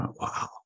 wow